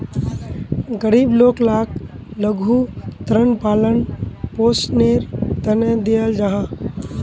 गरीब लोग लाक लघु ऋण पालन पोषनेर तने दियाल जाहा